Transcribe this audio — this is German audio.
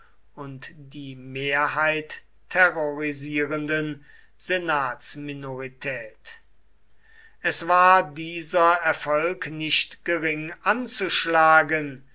und die mehrheit terrorisierenden senatsminorität es war dieser erfolg nicht gering anzuschlagen